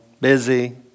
busy